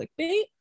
clickbait